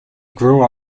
grew